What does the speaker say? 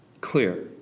clear